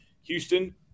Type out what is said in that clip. Houston